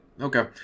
okay